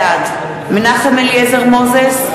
בעד מנחם אליעזר מוזס,